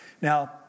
Now